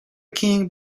king